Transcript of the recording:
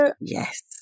yes